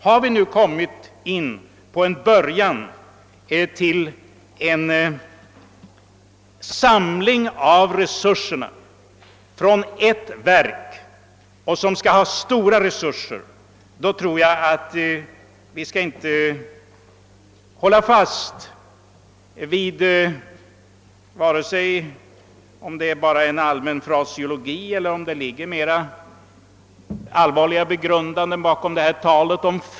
Har vi nu nått en början till en samling av resurserna till ett enda verk, tror jag inte att vi skall hålla fast vid talet om »fri forskning», vare sig sådant tal är allmän fraseologi eller det ligger mera allvarliga begrundanden bakom.